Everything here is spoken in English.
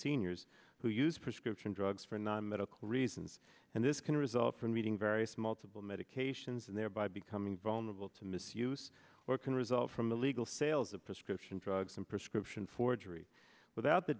seniors who use prescription drugs for non medical reasons and this can result from reading various multiple medications and thereby becoming vulnerable to misuse or it can result from illegal sales of prescription drugs and prescription forgery without the